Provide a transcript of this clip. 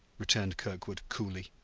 returned kirkwood coolly.